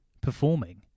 performing